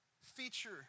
feature